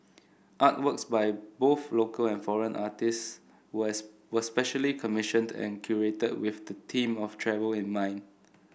artworks by both local and foreign artists was was specially commissioned and curated with the theme of travel in mind